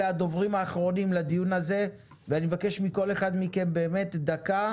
אלה הדוברים האחרונים לדיון הזה ואני מבקש מכל אחד מכם באמת דקה,